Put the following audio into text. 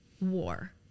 war